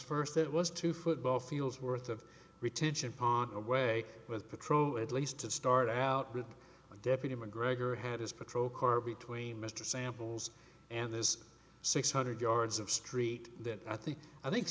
first it was two football fields worth of retention pond away with patrol at least to start out with a deputy mcgregor had his patrol car between mr samples and this six hundred yards of street that i think i think